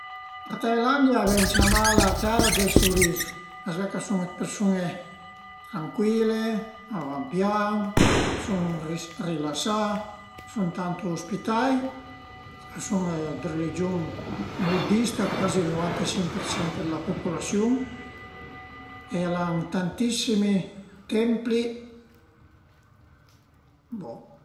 Ades i sun ën camin a fe ün intervista e parlu ën piemunteis, cuai volte al e ün po mesc-ia cun d'italian o cuai parole ën patuà, ël piemunteis al era la mia prima lenga che parlavu ën ca cun me pare, mia mare e mei nonu e mei barba